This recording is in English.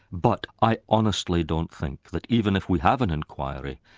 but i honestly don't think that even if we have an inquiry,